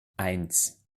eins